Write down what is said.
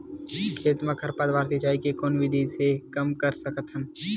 खेत म खरपतवार सिंचाई के कोन विधि से कम कर सकथन?